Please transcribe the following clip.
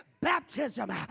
baptism